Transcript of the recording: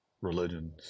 religions